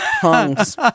tongues